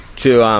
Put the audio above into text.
two um